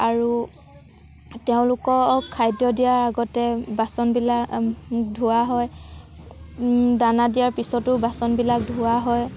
আৰু তেওঁলোকক খাদ্য দিয়াৰ আগতে বাচনবিলাক ধোৱা হয় দানা দিয়াৰ পিছতো বাচনবিলাক ধোৱা হয়